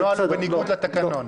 הנוהל הוא בניגוד לתקנון.